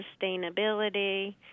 sustainability